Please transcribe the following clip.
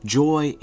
joy